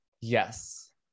Yes